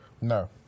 No